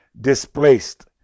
displaced